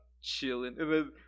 chilling